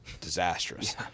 disastrous